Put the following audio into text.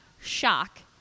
shock